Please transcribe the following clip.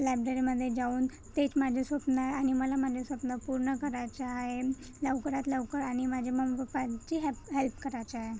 लायब्ररीमध्ये जाऊन तेच माझं स्वप्न आहे आणि मला माझे स्वप्न पूर्ण करायचा आहे लवकरात लवकर आणि माझ्या मम्मी पप्पांची हेप हेल्प करायचा आहे